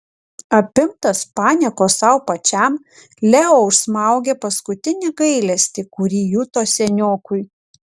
apimtas paniekos sau pačiam leo užsmaugė paskutinį gailestį kurį juto seniokui